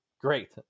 great